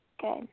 Good